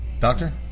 Doctor